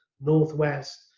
Northwest